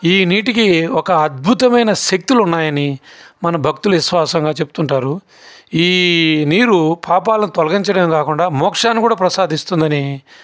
ఈ నీటికి ఒక అద్భుతమైన శక్తులు ఉన్నాయని మన భక్తులు విశ్వాసంగా చెప్తుంటారు ఈ నీరు పాపాలను తొలగించడమే కాకుండా మోక్షాన్ని కూడా ప్రసాదిస్తుంది అని